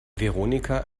veronika